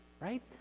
right